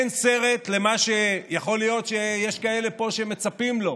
אין סרט למה, יכול להיות שיש כאלה פה שמצפים לו,